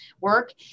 work